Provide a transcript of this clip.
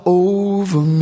over